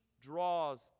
draws